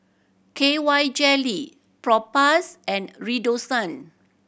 K Y Jelly Propass and Redoxon